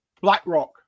BlackRock